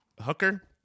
hooker